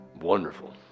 wonderful